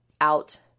out